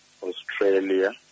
Australia